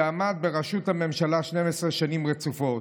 שעמד בראשות הממשלה 12 שנים רצופות.